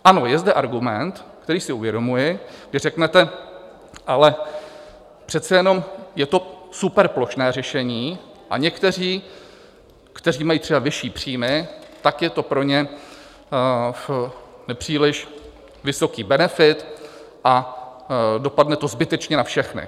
Ano, je zde argument, který si uvědomuji, že řeknete, ale přece jenom je to superplošné řešení, a někteří, kteří mají třeba vyšší příjmy, tak je to pro ně příliš vysoký benefit a dopadne to zbytečně na všechny.